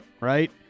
right